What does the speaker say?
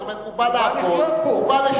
זאת אומרת, הוא בא לעבוד, הוא בא לחיות פה.